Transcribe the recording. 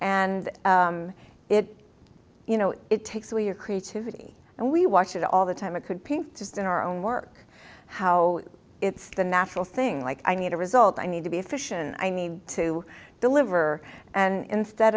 and it you know it takes away your creativity and we watch it all the time it could pink just in our own work how it's the natural thing like i need a result i need to be efficient i need to deliver and instead